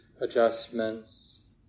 adjustments